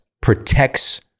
protects